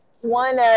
one